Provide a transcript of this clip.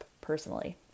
personally